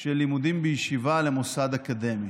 של לימודים בישיבה למוסד אקדמי.